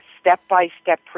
step-by-step